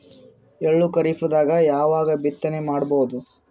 ಎಳ್ಳು ಖರೀಪದಾಗ ಯಾವಗ ಬಿತ್ತನೆ ಮಾಡಬಹುದು?